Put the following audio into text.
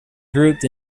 grouped